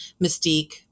Mystique